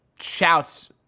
Shouts